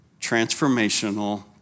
transformational